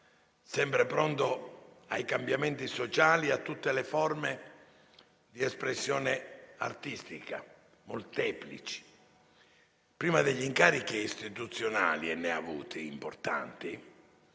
sempre pronto ai cambiamenti sociali, a tutte le molteplici forme di espressione artistica. Prima degli incarichi istituzionali - e ne ha avuti importanti